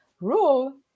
rule